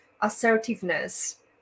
assertiveness